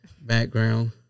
background